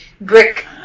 brick